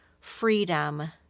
freedom